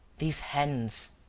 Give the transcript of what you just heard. these hands.